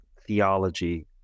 theology